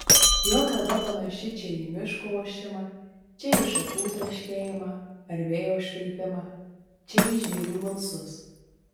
jo kalba panaši čia į miško ošimą čia į šakų traškėjimą ar vėjo švilpimą čia į žvėrių balsus